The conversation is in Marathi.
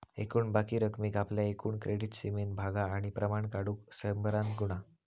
एकूण बाकी रकमेक आपल्या एकूण क्रेडीट सीमेन भागा आणि प्रमाण काढुक शंभरान गुणा